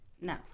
no